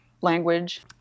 language